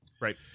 Right